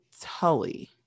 Tully